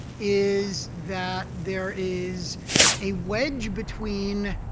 is that there is a wedge between